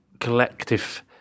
collective